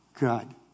God